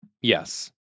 Yes